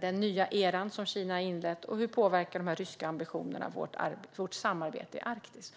den nya era som Kina har inlett? Och hur påverkar de ryska ambitionerna vårt samarbete i Arktis?